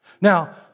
Now